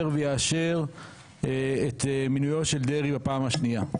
ויאשר את מינוי של דרעי בפעם השנייה,